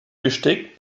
besteck